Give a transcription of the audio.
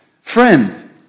Friend